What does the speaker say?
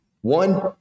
One